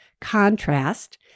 contrast